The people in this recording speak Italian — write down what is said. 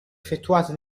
effettuate